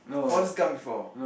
forest grump before